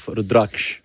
Rudraksh